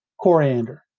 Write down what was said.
Coriander